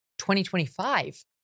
2025